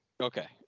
Okay